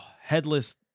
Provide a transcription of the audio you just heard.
headless